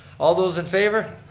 all those in favor.